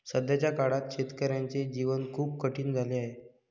सध्याच्या काळात शेतकऱ्याचे जीवन खूप कठीण झाले आहे